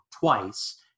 twice